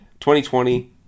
2020